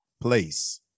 place